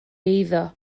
eiddo